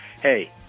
hey